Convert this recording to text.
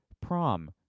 prom